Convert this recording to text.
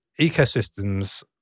ecosystems